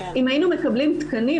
אם היינו מקבלים תקנים,